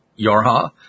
Yorha